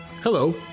Hello